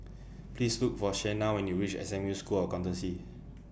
Please Look For Shena when YOU REACH S M U School of Accountancy